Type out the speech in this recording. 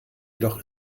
jedoch